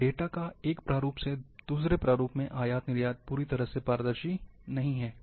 data का एक प्रारूप से दूसरे प्रारूप में आयात निर्यात पूरी तरह से पारदर्शी नहीं है